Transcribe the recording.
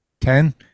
Ten